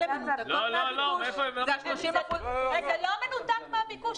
זה לא מנותק מהביקוש,